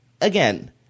again